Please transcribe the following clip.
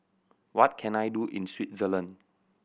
what can I do in Switzerland